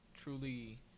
truly